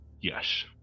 Yes